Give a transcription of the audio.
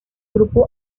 grupo